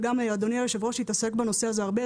וגם אדוני היושב-ראש התעסק בזה הרבה,